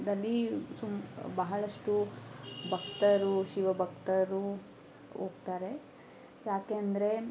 ದಲ್ಲಿ ಸುಮ ಬಹಳಷ್ಟು ಭಕ್ತರು ಶಿವ ಭಕ್ತರು ಹೋಗ್ತಾರೆ ಯಾಕೆ ಅಂದರೆ